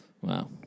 Wow